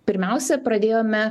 pirmiausia pradėjome